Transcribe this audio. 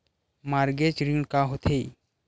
Mortgage ऋण का होथे?